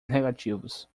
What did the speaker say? negativos